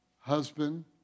husband